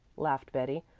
laughed betty.